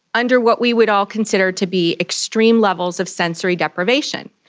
under what we would all consider to be extreme levels of sensory deprivation.